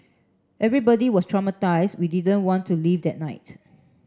everybody was traumatised we didn't want to leave that night